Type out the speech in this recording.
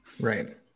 Right